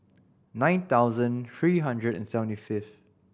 nine thousand three hundred and seventy fifth